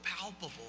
palpable